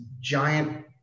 giant